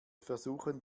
versuchen